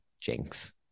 Jinx